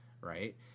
right